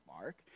mark